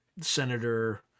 senator